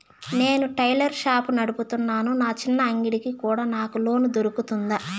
నేను tailor shop నడుపుతున్నాను, నా చిన్న అంగడి కి కూడా నాకు లోను దొరుకుతుందా?